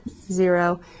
zero